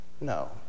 No